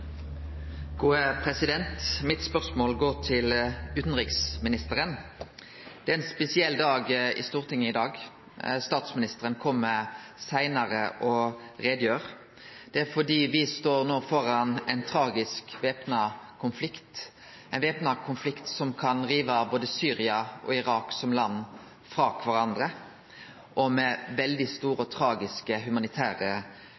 ein spesiell dag i Stortinget i dag. Statsministeren kjem hit seinare med ei utgreiing. Det er fordi me no står framfor ein tragisk væpna konflikt, ein væpna konflikt som kan rive både Syria og Irak som land frå kvarandre, med svært store og tragiske humanitære konsekvensar. Det er ei veldig